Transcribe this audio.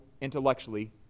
intellectually